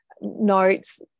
notes